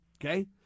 okay